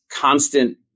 constant